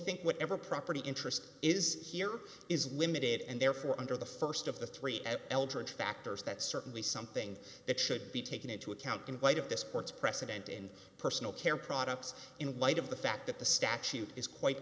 think whatever property interest is here is limited and therefore under the st of the three eldritch factors that certainly something that should be taken into account in light of this court's precedent in personal care products in light of the fact that the statute is quite